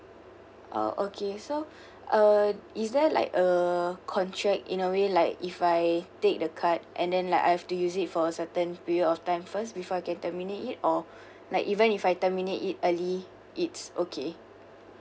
orh okay so uh is there like a contract in a way like if I take the card and then like I have to use it for a certain period of time first before I can terminate it or like even if I terminate it early it's okay